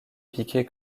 piquer